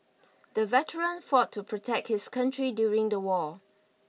the veteran fought to protect his country during the war